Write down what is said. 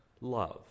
love